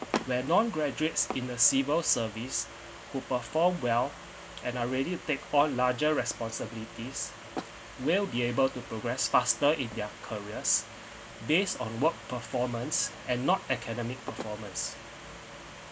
where non graduates in the civil service who perform well and are ready part for larger responsibilities will be able to progress faster in their careers based on work performance and not academic performance